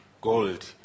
gold